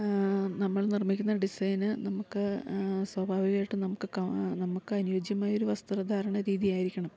നമ്മൾ നിർമ്മിക്കുന്ന ഡിസൈന് നമുക്ക് സ്വാഭാവികായിട്ടും നമുക്ക് കാ നമുക്ക് അനുയോജ്യമായൊരു വസ്ത്ര ധാരണ രീതിയായിരിക്കണം